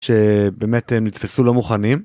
שבאמת הם נתפסו לא מוכנים.